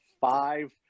five